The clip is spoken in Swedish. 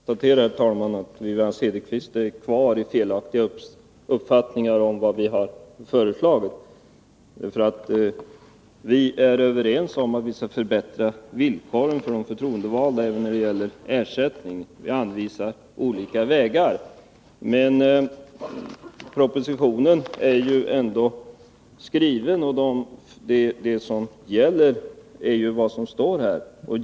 Herr talman! Låt mig konstatera att Wivi-Anne Cederqvist har kvar sin felaktiga uppfattning om vad vi har föreslagit. Vi är överens om att vi skall förbättra villkoren för de förtroendevalda även när det gäller ersättningen. Vi anvisar bara olika vägar. Men propositionen är ju ändå skriven, och det som gäller är vad som står i den.